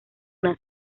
una